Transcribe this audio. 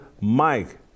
Mike